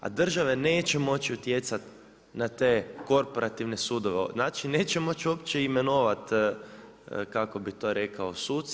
A države neće moći utjecat na te korporativne sudove, znači neće moći uopće imenovat, kako bi to rekao, suce.